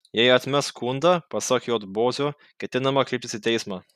jei atmes skundą pasak j bozio ketinama kreiptis į teismą